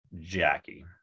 Jackie